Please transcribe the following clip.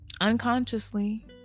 unconsciously